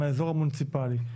מהאיזור המוניציפלי,